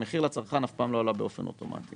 והמחיר לצרכן אף פעם לא עלה באופן אוטומטי.